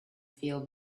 feel